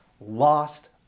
lost